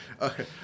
Okay